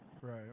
Right